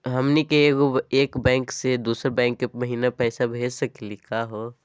हमनी के एक बैंको स दुसरो बैंको महिना पैसवा भेज सकली का हो?